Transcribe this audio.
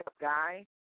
guy